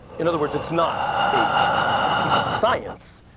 in other words, it's not a ah ah piece of science.